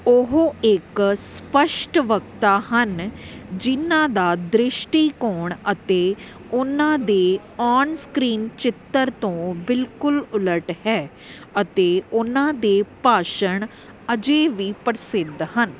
ਉਹ ਇੱਕ ਸਪੱਸ਼ਟ ਵਕਤਾ ਹਨ ਜਿਨ੍ਹਾਂ ਦਾ ਦ੍ਰਿਸ਼ਟੀਕੋਣ ਅਤੇ ਉਨ੍ਹਾਂ ਦੇ ਆਨਸਕ੍ਰੀਨ ਚਿੱਤਰ ਤੋਂ ਬਿਲਕੁਲ ਉਲਟ ਹੈ ਅਤੇ ਉਨ੍ਹਾਂ ਦੇ ਭਾਸ਼ਣ ਅਜੇ ਵੀ ਪ੍ਰਸਿੱਧ ਹਨ